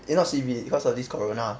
eh not C_B cause of this corona